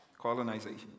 Colonization